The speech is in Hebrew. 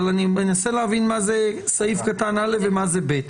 אבל אני מנסה להבין מה זה פיסקה (א) ומה זה פיסקה (ב).